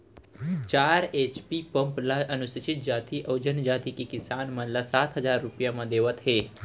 चार HP pump ल अनुसूचित जाति अउ जनजाति के किसान मन ल सात हजार रूपिया म देवत हे